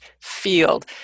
field